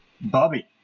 Bobby